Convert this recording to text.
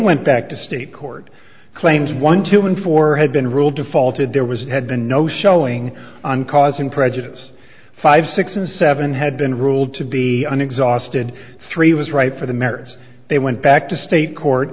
went back to state court claims one two and four had been ruled defaulted there was had been no showing on causing prejudice five six and seven had been ruled to be an exhausted three was ripe for the matters they went back to state court